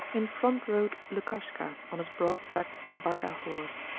in front rode lukashka on his broad-backed kabarda horse.